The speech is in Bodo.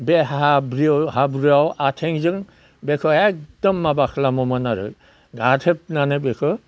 बे हाब्रुआव आथेंजों बेखौ एखदम माबा खालामोमोन आरो गाथेबनानै बेखौ